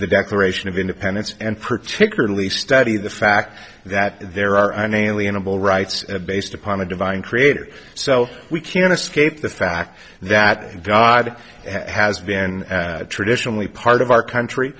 the declaration of independence and particularly study the fact that there are unalienable rights based upon a divine creator so we can't escape the fact that god has been traditionally part of our country